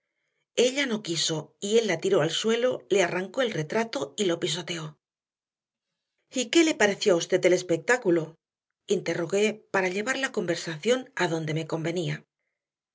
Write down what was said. ella no quiso y él la tiró al suelo le arrancó el retrato y lo pisoteó y qué le pareció a usted el espectáculo interrogué para llevar la conversación adonde me convenía